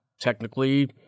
technically